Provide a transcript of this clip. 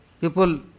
people